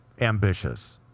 Ambitious